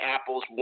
Apple's